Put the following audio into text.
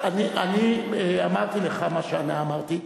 אני אמרתי לך מה שאני אמרתי.